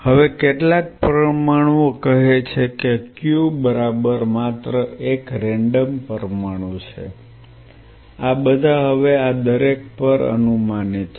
હવે કેટલાક પરમાણુઓ કહે છે કે Q બરાબર માત્ર એક રેન્ડમ પરમાણુ છે આ બધા હવે આ દરેક પર અનુમાનિત છે